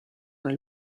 nel